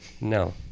No